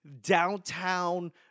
downtown